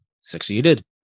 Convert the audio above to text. succeeded